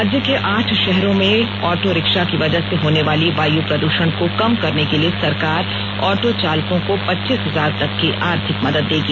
राज्य के आठ शहरों में ऑटो रिक्शा की वजह से होने वाली वायु प्रद्षण को कम करने के लिए सरकार ऑटो चालकों को पच्चीस हजार तक की आर्थिक मदद देगी